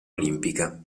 olimpica